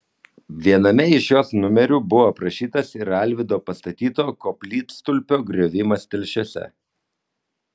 viename iš jos numerių buvo aprašytas ir alvydo pastatyto koplytstulpio griovimas telšiuose